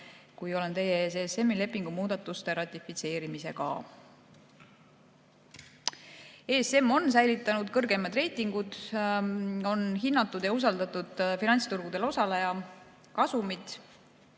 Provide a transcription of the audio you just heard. kui olen teie ees ESM-i lepingu muudatuste ratifitseerimisega. ESM on säilitanud kõrgemad reitingud, on hinnatud ja usaldatud finantsturgudel osaleja kasumit,